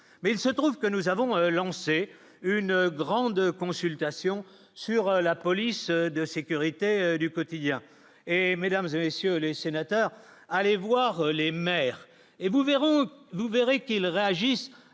mais il se trouve que nous avons lancé une grande consultation sur la police de sécurité du quotidien et mesdames et messieurs les sénateurs, allez voir les maires et vous verrez, vous verrez qu'ils réagissent